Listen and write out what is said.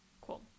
Cool